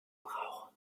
brauchen